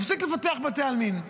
מפסיק לפתח בתי עלמין.